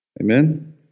Amen